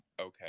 Okay